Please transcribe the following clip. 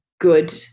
good